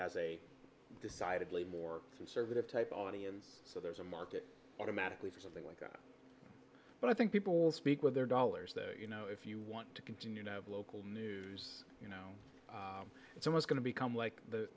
has a decidedly more conservative type audience so there's a market automatically for that but i think people will speak with their dollars that you know if you want to continue to have local news you know it's almost going to become like the